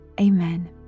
amen